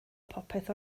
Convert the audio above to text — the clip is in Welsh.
popeth